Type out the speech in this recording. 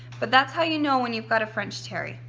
but that's how you know when you've got a french terry.